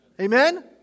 Amen